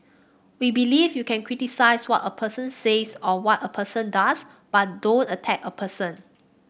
we believe you can criticise what a person says or what a person does but don't attack a person